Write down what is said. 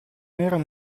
erano